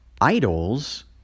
Idols